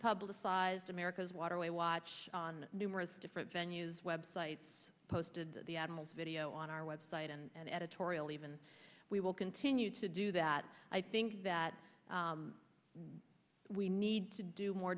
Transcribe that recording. publicized america's waterway watch on numerous different venues web sites posted the animals video on our website and editorial even we will continue to do that i think that we need to do more